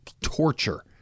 torture